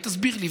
תסביר לי,